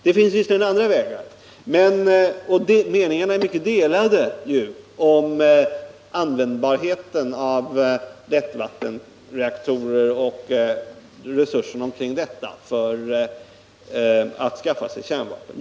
Det finns visserligen andra vägar, men meningarna är ju mycket delade om användbarheten av lättvattenreaktorer och resurserna omkring dessa för att skaffa sig kärnvapen.